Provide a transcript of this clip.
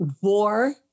War